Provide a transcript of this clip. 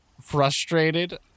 frustrated